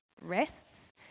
rests